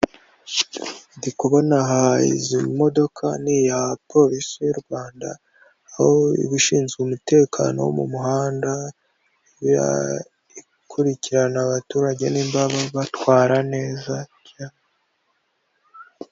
Ndi kubona imodoka ni iya polisi y'u Rwanda, aho iba ishinzwe umutekano wo mu muhanda, ikurikirana abaturage niba batwara neza cyane.